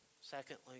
Secondly